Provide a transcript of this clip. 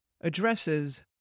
addresses